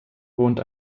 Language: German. wohnt